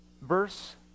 verse